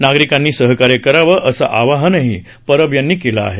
नागरिकांनी सहकार्य करावं असं आवाहनही परब यांनी केलं आहे